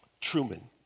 Truman